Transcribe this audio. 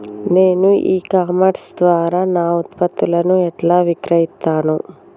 నేను e commerce ద్వారా నా ఉత్పత్తులను ఎట్లా విక్రయిత్తను?